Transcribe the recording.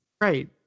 right